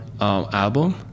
album